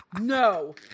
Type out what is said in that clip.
No